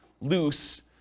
loose